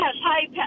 Hi